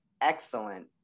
excellent